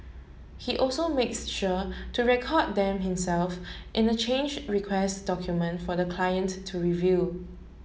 he also makes sure to record them himself in a change request document for the client to review